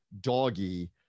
doggy